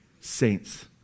saints